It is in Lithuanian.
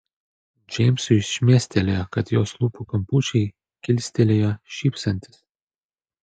džeimsui šmėstelėjo kad jos lūpų kampučiai kilstelėjo šypsantis